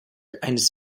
eines